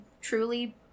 truly